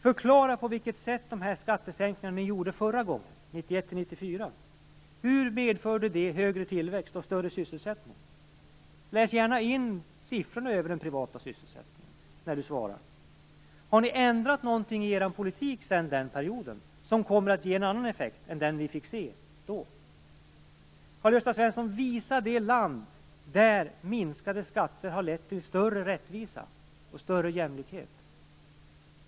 Förklara på vilket sätt de skattesänkningar ni gjorde förra gången, 1991-1994, medförde högre tillväxt och sysselsättning! Läs gärna in siffrorna över den privata sysselsättningen i svaret, Karl-Gösta Svenson! Har ni ändrat någonting i er politik sedan den perioden, som kommer att ge en annan effekt än den vi fick se då? Karl-Gösta Svenson, visa det land där minskade skatter har lett till större rättvisa och större jämlikhet!